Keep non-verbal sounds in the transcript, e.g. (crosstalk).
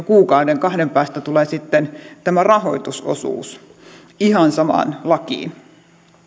(unintelligible) kuukauden kahden päästä tulee tämä rahoitusosuus ihan samaan lakiin